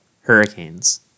Hurricanes